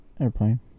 Airplane